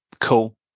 cool